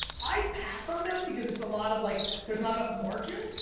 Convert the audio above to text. i pass on them because it's a lot of, like there's not enough margin.